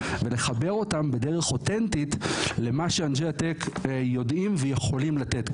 ולחבר אותם בדרך אותנטית למה שאנשי הטק יודעים ויכולים לתת.